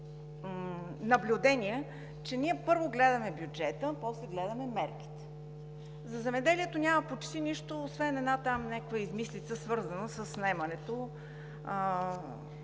наблюдение, че ние първо гледаме бюджета, после гледаме мерките. За земеделието няма почти нищо, освен една там някаква измислица, свързана с наемането